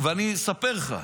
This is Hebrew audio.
ואני אספר לך: